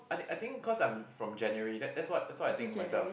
I think I think cause I'm from January that that's what that's what I think of myself